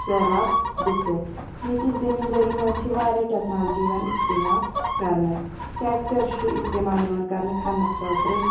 سٮیراب گٔژھِتھ ییٚتہِ چہِ زٔمیٖن داری منٛز چھِ واریاہ ٹیکنالجی یِوان اِستعمال کَرنہٕ ٹرٛیکٹر چھُ اِستعمال یِوان کَرنہٕ کھننہٕ خٲطرٕ